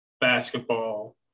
basketball